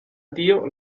dio